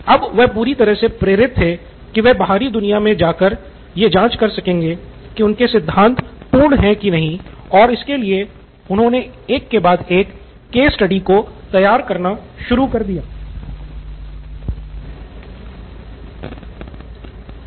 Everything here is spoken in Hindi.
अब वह पूरी तरह से प्रेरित थे कि वह बाहरी दुनिया मे जाकर यह जांच कर सकेंगे कि उनके सिद्धांत पूर्ण हैं की नहीं और इसके लिए उन्होने एक के बाद एक केस स्टडी तैयार करनी शुरू कर दी